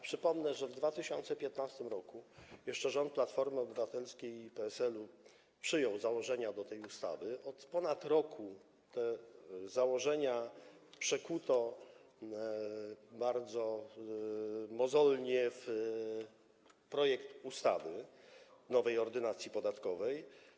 Przypomnę, że w 2015 r. jeszcze rząd Platformy Obywatelskiej i PSL-u przyjął założenia tej ustawy, od ponad roku te założenia przekuwano bardzo mozolnie w projekt nowej Ordynacji podatkowej.